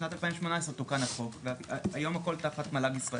בשנת 2018 תוקן החוק והיום הכול תחת מל"ג ישראל.